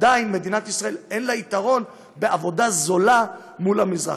עדיין למדינת ישראל אין יתרון בעבודה זולה מול המזרח.